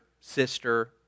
sister